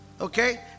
Okay